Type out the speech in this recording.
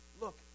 Look